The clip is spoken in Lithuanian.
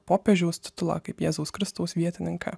popiežiaus titulą kaip jėzaus kristaus vietininką